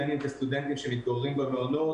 בין אם אלו סטודנטים שמתגוררים במעונות,